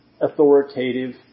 authoritative